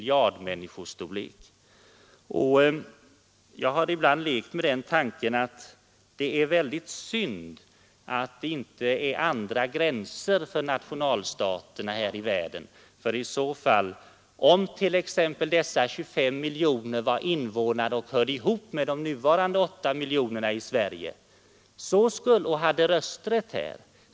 Jag har ibland lekt med tanken att dessa 25 miljoner människor var invånare i och hörde ihop med de nuvarande 8 miljonerna i Sverige och hade rösträtt här!